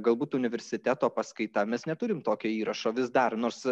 galbūt universiteto paskaita mes neturim tokio įrašo vis dar nors